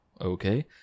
Okay